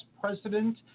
president